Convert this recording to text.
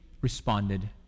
responded